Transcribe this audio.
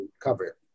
cover